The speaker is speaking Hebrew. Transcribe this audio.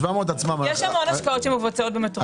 יש המון השקעות שמבוצעות במטרופולין דן.